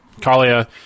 Kalia